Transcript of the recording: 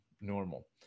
normal